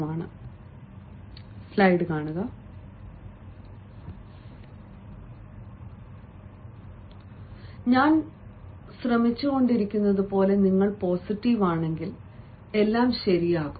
ഈ ആകാശം താഴേക്ക് വീഴുകയാണെന്നോ ഭൂമി തകരുമെന്നോ കരുതരുത് എന്ന് ഞാൻ അർത്ഥമാക്കുന്നു ഞാൻ ശ്രമിച്ചുകൊണ്ടിരിക്കുന്നതുപോലെ നിങ്ങൾ പോസിറ്റീവ് ആണെങ്കിൽ എല്ലാം ശരിയാകും